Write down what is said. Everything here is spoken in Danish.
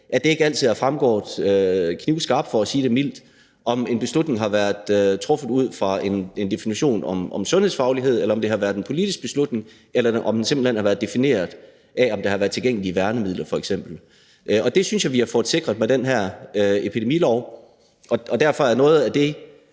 at det ikke altid har fremgået knivskarpt, for at sige det mildt, om en beslutning har været truffet ud fra en definition i forhold til sundhedsfaglighed, eller om det har været en politisk beslutning, eller om det simpelt hen har været defineret af, om der f.eks. har været tilgængelige værnemidler. Og det synes jeg vi har fået sikret med den her epidemilov. Derfor har noget af det,